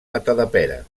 matadepera